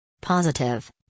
Positive